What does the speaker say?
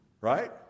right